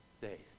days